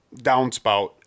downspout